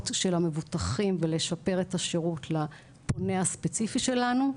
של המבוטחים ולשפר את השירות לפונה הספציפי שלנו,